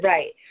Right